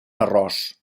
arròs